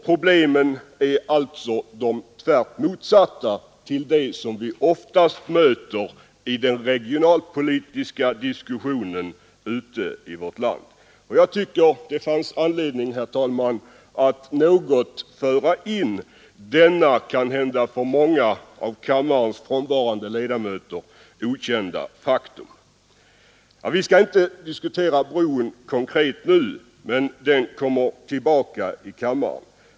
Problemen är alltså rakt motsatta vad vi oftast möter i den regionalpolitiska diskussionen i vårt land. — Jag tycker att det fanns anledning att peka på denna för många av kammarens ledamöter kanhända okända faktor. Vi skall inte nu föra någon konkret debatt i brofrågan eftersom kammaren senare kommer att få tillfälle att behandla den.